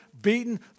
Beaten